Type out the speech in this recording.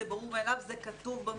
זה ברור מאליו, זה כתוב במתווים.